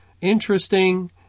interesting